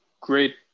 great